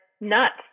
nuts